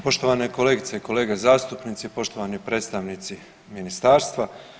Poštovane kolegice i kolege zastupnici, poštovani predstavnici ministarstva.